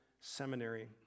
seminary